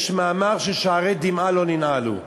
יש מאמר ששערי דמעה לא ננעלו.